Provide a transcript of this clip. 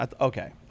okay